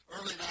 early